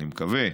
אני מקווה,